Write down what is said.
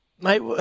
Mate